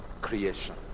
creation